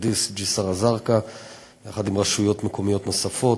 פוריידיס וג'סר-א-זרקא יחד עם רשויות מקומיות נוספות,